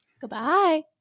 Goodbye